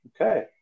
Okay